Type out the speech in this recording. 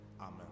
Amen